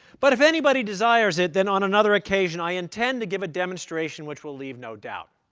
but if anybody desires it, then on another occasion, i intend to give a demonstration which will leave no doubt.